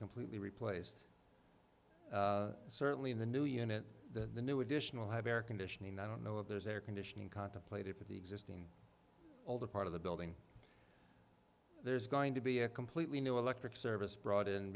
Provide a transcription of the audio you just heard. completely replaced certainly in the new unit the the new additional have air conditioning and i don't know if there's air conditioning contemplated for the exit all the part of the building there's going to be a completely new electric service brought in